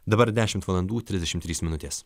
dabar dešimt valandų trisdešimt trys minutės